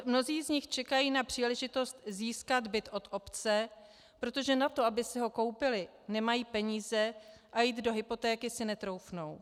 Mnozí z nich čekají na příležitost získat byt od obce, protože na to, aby si ho koupili, nemají peníze a jít do hypotéky si netroufnou.